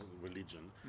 religion